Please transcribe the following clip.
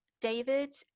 David